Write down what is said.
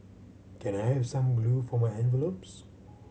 can I have some glue for my envelopes